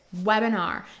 webinar